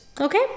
Okay